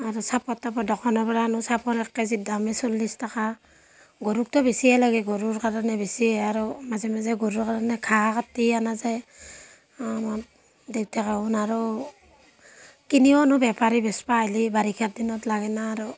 আৰু চাপৰ তাপৰ দোকানৰপৰা আনো চাপৰ এক কেজিৰ দামেই চল্লিছ টকা গৰুকতো বেছিয়েই লাগে গৰুৰ কাৰণে বেছিয়েই আৰু মাজে মাজে গৰুৰ কাৰণে ঘাঁহ কাটি না যায় দেউতাকক আৰু কিনিও আনো বেপাৰী বেচিব আহিলে বাৰিষা দিনত লাগেনা আৰু